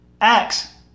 acts